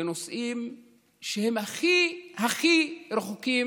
בנושאים שהם הכי הכי רחוקים